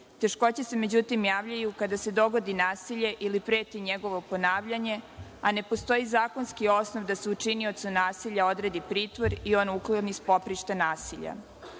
Teškoće se međutim javljaju kada se dogodi nasilje ili preti njegovo ponavljanje, a ne postoji zakonski osnov da se u činiocu nasilja odredi pritvor i ukloni sa poprišta nasilja. Još